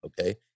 Okay